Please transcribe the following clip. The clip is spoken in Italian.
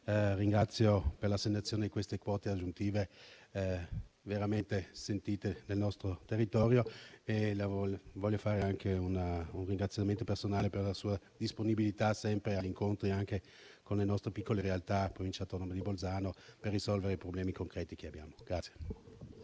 Ringrazio per l'assegnazione di queste quote aggiuntive, veramente sentite nel nostro territorio. Voglio rivolgerle anche un ringraziamento personale, per la sua disponibilità agli incontri anche con le nostre piccole realtà nella Provincia autonoma di Bolzano, per risolvere i problemi concreti che abbiamo.